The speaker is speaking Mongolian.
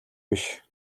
биш